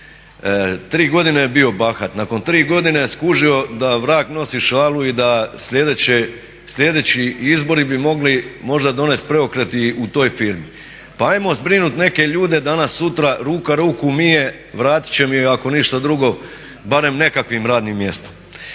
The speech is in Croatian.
tri godine je bio bahat. Nakon tri godine je skužio da vrag nosi šalu i da sljedeći izbori bi mogli možda donesti preokret i u toj firmi. Pa hajmo zbrinut neke ljude danas sutra, ruka ruku mije. Vratit će mi je ako ništa drugo barem nekakvim radnim mjestom.